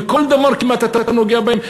בכל דבר כמעט אתה נוגע בהם?